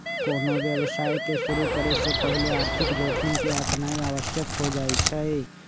कोनो व्यवसाय के शुरु करे से पहिले आर्थिक जोखिम के आकनाइ आवश्यक हो जाइ छइ